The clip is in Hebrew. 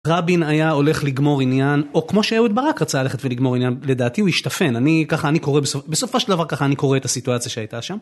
רבין היה הולך לגמור עניין, או כמו שאהוד ברק רצה ללכת ולגמור עניין, לדעתי הוא השתפן, אני, ככה אני קורא, בסופו של דבר ככה אני קורא את הסיטואציה שהייתה שם.